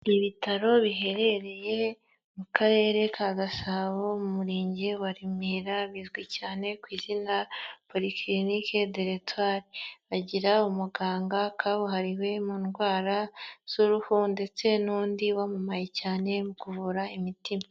Ni ibitaro biherereye mu Karere ka Gasabo mu murenge wa Remera bizwi cyane ku izina Polyclinique de l'Etoile, bagira umuganga kabuhariwe mu ndwara z'uruhu ndetse n'undi wamamaye cyane mu kuvura imitima.